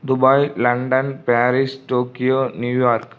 Dubai London Paris Tokyo New York